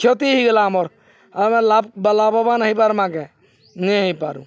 କ୍ଷତି ହେଇଗଲା ଆମର୍ ଆମେ ଲାଭ ଲାଭବାନ ହେଇପାର ମାଗେ ନି ହେଇପାରୁ